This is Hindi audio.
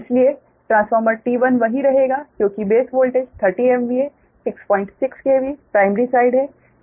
इसलिए ट्रांसफॉर्मर T1 वही रहेगा क्योंकि base voltage 30 MVA 66 KV primary side हैं